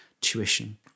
tuition